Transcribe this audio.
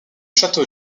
château